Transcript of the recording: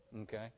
Okay